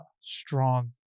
strong